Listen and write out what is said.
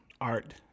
art